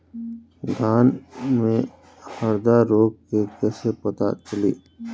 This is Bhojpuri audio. धान में हरदा रोग के कैसे पता चली?